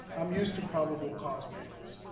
i'm used to probable cause panels.